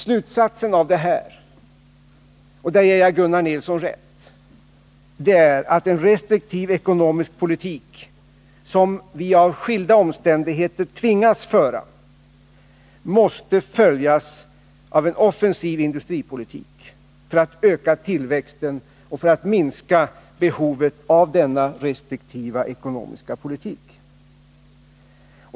Slutsatsen av detta — och där ger jag Gunnar Nilsson rätt — är att den restriktiva ekonomiska politik som vi av skilda omständigheter tvingas föra måste följas av en offensiv industripolitik för att öka tillväxten och för att minska behovet av denna restriktiva ekonomiska politik.